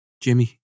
Jimmy